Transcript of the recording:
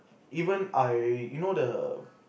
even I you know the